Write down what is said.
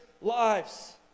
lives